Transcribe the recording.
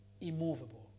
immovable